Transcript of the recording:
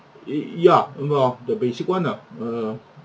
eh ya one of the basic one lah err